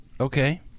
Okay